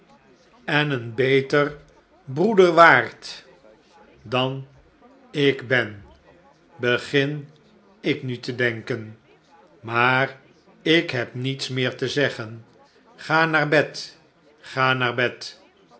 en een beter slechte tijden breeder waard dan ik ben begin ik nu te denken maar ik neb niets meer te zeggen ga naar bed ga naar bed